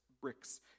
bricks